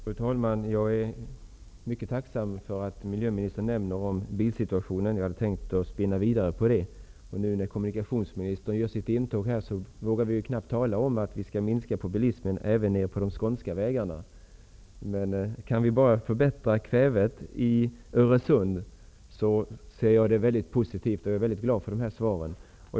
Fru talman! Jag är mycket tacksam för att miljöministern nämner bilsituationen. Jag hade tänkt att spinna vidare på den frågan. Nu när kommunikationsministern gör sitt intåg här i kammaren, vågar vi knappt tala om att minska bilismen även på de skånska vägarna. Jag ser positivt på frågan om att förbättra kvävesituationen i Öresund, och jag är väldigt glad för dessa svar.